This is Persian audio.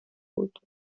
بود